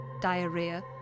diarrhea